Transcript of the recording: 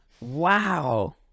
Wow